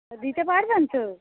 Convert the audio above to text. হ্যাঁ দিতে পারবেন তো